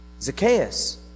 Zacchaeus